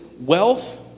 wealth